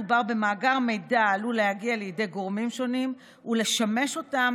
מדובר במאגר מידע העלול להגיע לידי גורמים שונים ולשמש אותם